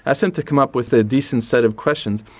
ah seem to come up with a decent set of questions.